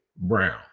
brown